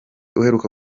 uheruka